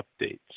updates